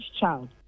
child